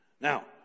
Now